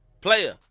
player